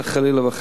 חלילה וחס,